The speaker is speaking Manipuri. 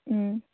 ꯎꯝ